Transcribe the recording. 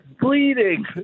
bleeding